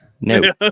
no